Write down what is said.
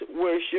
worship